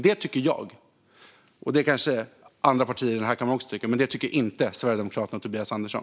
Det tycker jag, och det kanske andra partier i denna kammare också tycker. Men det tycker inte Sverigedemokraterna och Tobias Andersson.